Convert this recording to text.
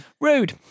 Rude